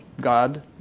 God